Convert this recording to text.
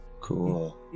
Cool